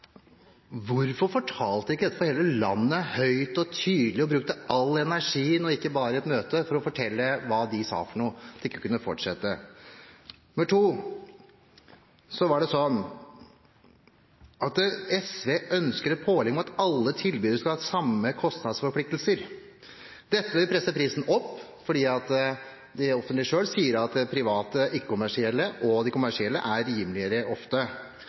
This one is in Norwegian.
Hvorfor fortalte de da ikke dette til hele landet høyt og tydelig og brukte all energien – og ikke bare et møte – på å fortelle hva EUs anskaffelsesdirektiv sa for noe, at det ikke kunne fortsette? Og spørsmål nummer to: SV ønsker et pålegg om at alle tilbydere skal ha de samme kostnadsforpliktelser. Dette vil presse prisen opp, for de offentlige selv sier at de private ikke-kommersielle og de kommersielle ofte er rimeligere,